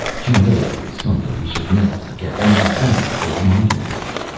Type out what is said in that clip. humility is something we should never forget and i thank you for reminding me of it.